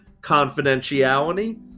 Confidentiality